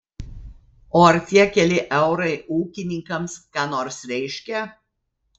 o ar tie keli eurai ūkininkams ką nors reiškia